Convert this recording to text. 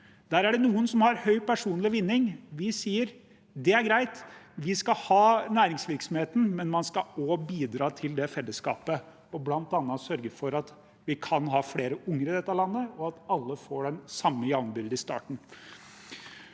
Der er det noen som har høy personlig vinning – vi sier at det er greit, vi skal ha næringsvirksomheten, men man skal også bidra til fellesskapet og bl.a. sørge for at vi kan ha flere unger i dette landet, og at alle får den samme, jevnbyrdige starten.